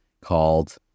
called